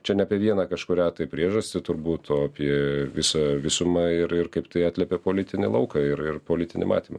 čia ne apie vieną kažkurią tai priežastį turbūt apie visą visumą ir ir kaip tai atliepia politinį lauką ir ir politinį matymą